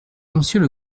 monsieur